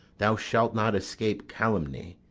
thou shalt not escape calumny.